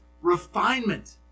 refinement